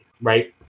right